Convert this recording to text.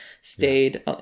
stayed